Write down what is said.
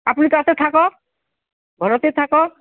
আপুনি তাতে থাকক ঘৰতেই থাকক